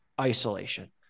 isolation